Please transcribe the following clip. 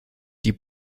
die